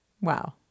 Wow